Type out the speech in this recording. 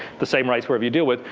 the same rights whoever you deal with.